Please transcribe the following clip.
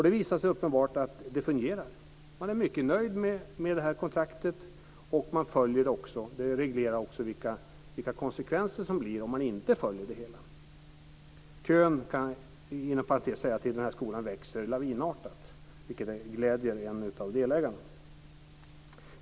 Det visar sig uppenbart att det fungerar. Man är mycket nöjd med kontraktet, och det reglerar också vilka konsekvenser som blir om man inte följer det. Kön till den här skolan växer lavinartat - inom parentes sagt - vilket gläder en av delägarna.